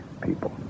people